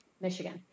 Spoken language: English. Michigan